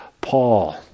Paul